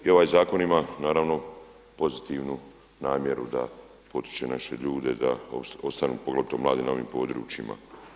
I ovaj zakon ima naravno pozitivnu namjeru da potiče naše ljude da ostanu, poglavito mladi na ovim područjima.